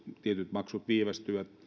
maksut viivästyvät